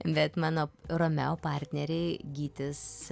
bet mano romeo partneriai gytis